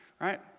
right